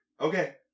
Okay